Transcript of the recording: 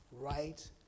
right